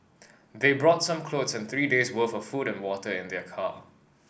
they brought some clothes and three days' worth of food and water in their car